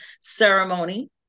ceremony